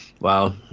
Wow